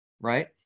right